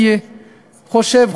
אני חושב,